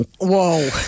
Whoa